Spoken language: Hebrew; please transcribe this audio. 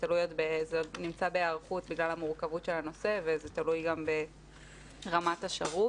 זה נמצא בהיערכות בגלל המורכבות של הנושא וזה תלוי גם ברמת השירות.